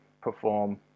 perform